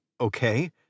Okay